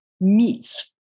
meats